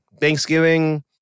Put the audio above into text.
Thanksgiving